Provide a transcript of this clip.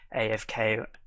afk